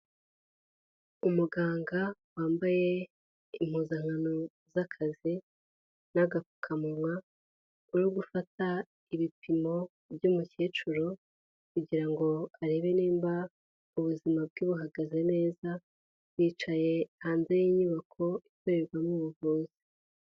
Umuganga wambaye impuzankano z'akazi n'agapfukamunwa, uri gufata ibipimo by'umukecuru kugira ngo arebe niba ubuzima bwe buhagaze neza, yicaye hanze y'inyubako ikorerwamo ubuvuzi.